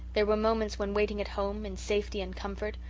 there were moments when waiting at home, in safety and comfort,